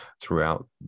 throughout